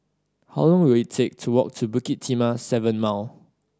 how long will it take to walk to Bukit Timah Seven Mile